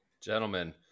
Gentlemen